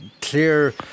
clear